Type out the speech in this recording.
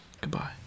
Goodbye